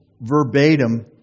verbatim